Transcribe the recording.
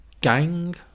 gang